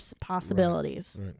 possibilities